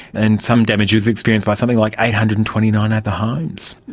and some damage was experienced by something like eight hundred and twenty nine other homes.